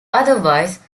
otherwise